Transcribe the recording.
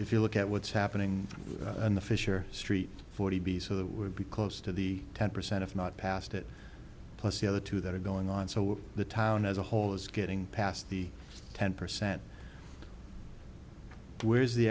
look at what's happening in the fisher street forty b so that would be close to the ten percent if not past it plus the other two that are going on so the town as a whole is getting past the ten percent where is the